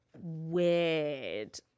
weird